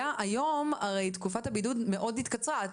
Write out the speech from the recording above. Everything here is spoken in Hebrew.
היום הרי התקופה של הבידוד מאוד התקצרה,